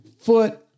foot